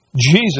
Jesus